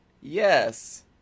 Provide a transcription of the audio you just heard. Yes